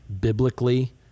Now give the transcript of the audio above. biblically